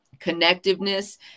connectiveness